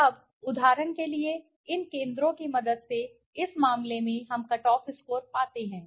अब उदाहरण के लिए इन केंद्रों की मदद से इस मामले में हम कट ऑफ स्कोर पाते हैं